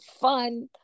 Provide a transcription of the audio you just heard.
fun